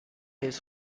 his